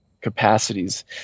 capacities